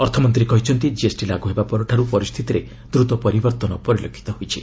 ଅର୍ଥମନ୍ତ୍ରୀ କହିଛନ୍ତି' ଜିଏସ୍ଟି ଲାଗୁ ହେବା ପରଠାରୁ ପରିସ୍ଥିତିରେ ଦ୍ରତ ପରିବର୍ତ୍ତନ ପରିଲକ୍ଷିତ ହୋଇଛି